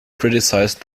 criticized